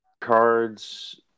cards